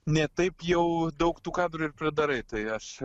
ne taip jau daug tų kadrų ir pridarai tai aš